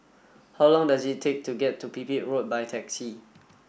how long does it take to get to Pipit Road by taxi